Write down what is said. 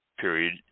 period